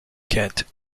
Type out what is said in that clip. kent